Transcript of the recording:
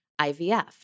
IVF